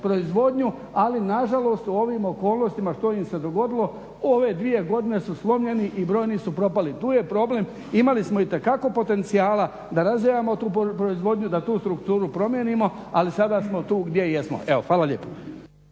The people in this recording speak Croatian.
ali nažalost u ovim okolnostima što im se dogodilo ove dvije godine su slomljeni i brojni su propali. Tu je problem, imali smo itekako potencijala da razvijamo tu proizvodnju, da tu strukturu promijenimo, ali sada smo tu gdje jesmo, evo. Hvala lijepo.